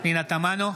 פנינה תמנו,